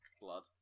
blood